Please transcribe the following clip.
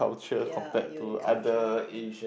ya unique culture